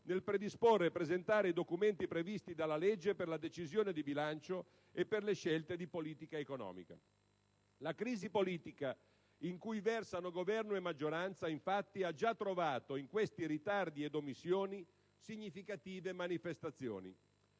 nel predisporre e presentare i documenti previsti dalla legge per la Decisione di bilancio e per le scelte di politica economica. La crisi politica in cui versano Governo e maggioranza, infatti, ha già trovato - in questi ritardi ed omissioni - significative manifestazioni.